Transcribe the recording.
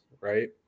Right